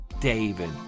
David